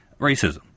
racism